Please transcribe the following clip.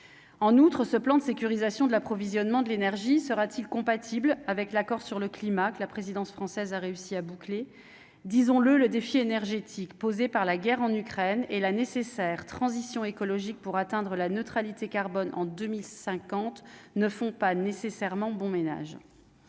En outre, ce plan de sécurisation de l'approvisionnement de l'énergie sera-t-il compatible avec l'accord sur le climat que la présidence française a réussi à boucler, disons le, le défi énergétique posé par la guerre en Ukraine et la nécessaire transition écologique pour atteindre la neutralité carbone en 2050 ne font pas nécessairement bon ménage.